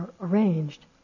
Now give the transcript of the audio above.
arranged